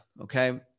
Okay